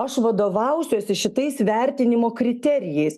aš vadovausiuosi šitais vertinimo kriterijais